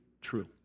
true